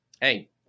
Hey